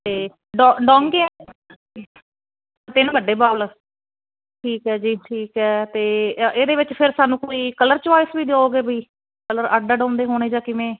ਤੇ ਡੋਂਗੇ ਤਿੰਨ ਵੱਡੇ ਬਾਲ ਠੀਕ ਹੈ ਜੀ ਠੀਕ ਹੈ ਤੇ ਇਹਦੇ ਵਿੱਚ ਫਿਰ ਸਾਨੂੰ ਕੋਈ ਕਲਰ ਚੋਇਸ ਵੀ ਦਿਓਗੇ ਵੀ ਕਲਰ ਅੱਡ ਅੱਡ ਹੁੰਦੇ ਹੋਣੇ ਜਾਂ ਕਿਵੇਂ